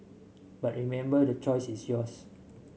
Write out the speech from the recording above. but remember the choice is yours